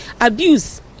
Abuse